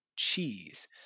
Cheese